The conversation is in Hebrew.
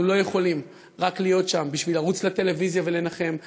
אנחנו לא יכולים להיות שם רק בשביל לרוץ לטלוויזיה ולנחם,